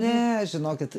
ne žinokit